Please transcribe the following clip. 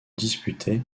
disputaient